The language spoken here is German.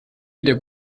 wieder